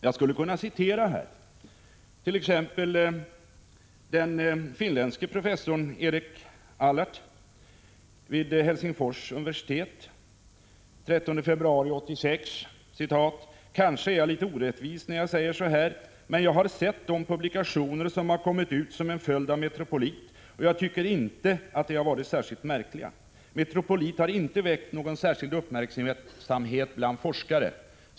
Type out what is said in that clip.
Jag kan citera t.ex. den finländske professorn Erik Allardt vid Helsingfors universitet. Han sade i en tidningsintervju den 13 februari i år: ”Kanske är jag lite orättvis när jag säger så här, men jag har sett de publikationer som har kommit ut som en följd av Metropolit, och jag tycker inte att de har varit särskilt märkliga. Metropolit har inte väckt någon särskild uppmärksamhet bland forskare.